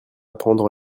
prendre